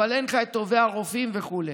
אבל אין לך את טובי הרופאים וכו'.